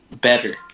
better